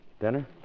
Dinner